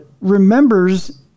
Remembers